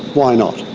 why not?